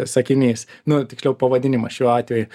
sakinys nu tiksliau pavadinimas šiuo atveju